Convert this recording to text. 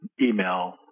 email